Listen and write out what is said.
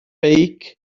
beic